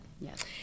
Yes